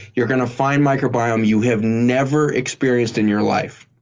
you're going to find microbiome you have never experienced in your life.